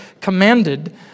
commanded